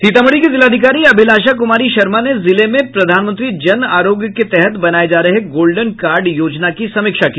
सीतामढ़ी की जिलाधिकारी अभिलाषा कुमारी शर्मा ने जिले में प्रधानमंत्री जन आरोग्य के तहत बनाये जा रहे गोल्डन कार्ड योजना की समीक्षा की